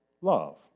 love